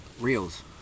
Reels